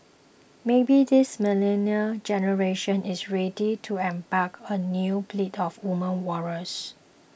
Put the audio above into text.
maybe this millennial generation is ready to embrace a new breed of women warriors